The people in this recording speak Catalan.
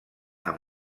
amb